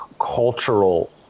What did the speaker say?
cultural